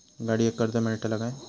गाडयेक कर्ज मेलतला काय?